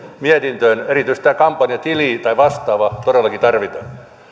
mietintöön erityisesti tämä kampanjatili tai vastaava todellakin tarvitaan